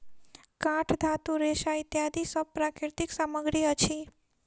काठ, धातु, रेशा इत्यादि सब प्राकृतिक सामग्री अछि